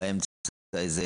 לדוגמה,